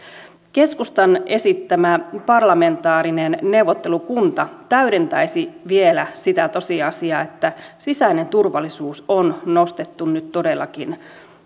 keskustan esittämä parlamentaarinen neuvottelukunta täydentäisi vielä sitä tosiasiaa että sisäinen turvallisuus on nostettu nyt todellakin